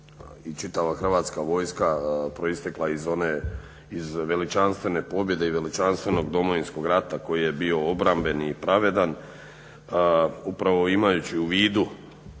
i čitava Hrvatska vojska proistekla iz veličanstvene pobjede i veličanstvenog Domovinskog rata koji je bio obrambeni i pravedan, upravo imajući u vidu